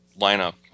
lineup